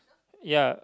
ya